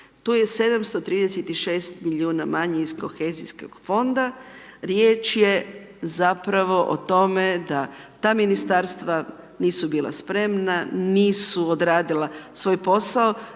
tu je 736 milijuna manje iz Kohezijskog fonda, riječ je zapravo o tome da ta Ministarstva nisu bila spremna, nisu odradila svoj posao,